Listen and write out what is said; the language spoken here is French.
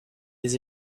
des